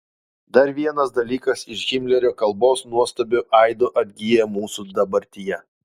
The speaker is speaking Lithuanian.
dar vienas dalykas iš himlerio kalbos nuostabiu aidu atgyja mūsų dabartyje